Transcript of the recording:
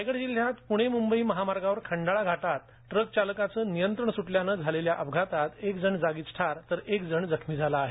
रायगड जिल्हय़ात मुंबई प्णे महामार्गावर खंडाळा घाटात ट्रकच्या चालकाचे नियंत्रण स्टल्याने झालेल्या अपघातात एक जण जागीच ठार तर एक जखमी झाला आहे